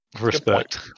Respect